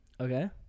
okay